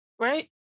right